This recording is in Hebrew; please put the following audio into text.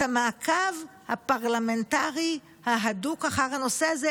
המעקב הפרלמנטרי ההדוק אחר הנושא הזה.